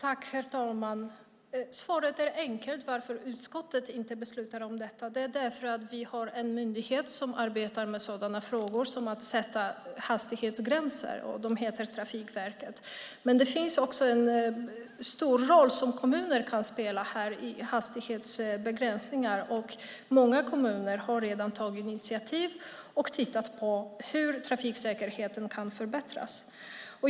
Herr talman! Svaret är enkelt på frågan varför utskottet inte beslutar om detta. Det är därför att vi har en myndighet som arbetar med sådana frågor som att sätta hastighetsgränser, och den heter Trafikverket. Men också kommunerna kan spela en stor roll när det gäller hastighetsbegränsningar, och många kommuner har redan tagit initiativ och tittat på hur trafiksäkerheten kan förbättras.